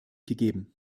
gegeben